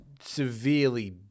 severely